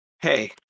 Hey